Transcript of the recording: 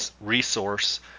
resource